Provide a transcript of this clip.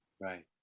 Right